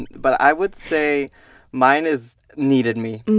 but i would say mine is needed me.